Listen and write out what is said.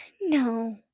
No